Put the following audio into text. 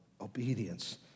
obedience